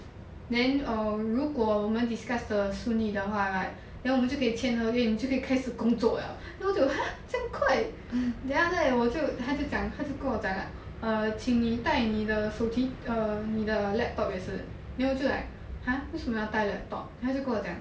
then err 如果我们 discuss 的顺利的话 right then 我们就可以签合约你就可以开始工作 liao then 我就 !huh! 这样快 then after that 我就他就讲他就跟我讲 lah err 请你带你的手机 err 你的 laptop 也是 then 我就 like !huh! 为什么要带 laptop then 他就跟我讲